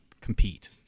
compete